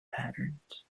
patterns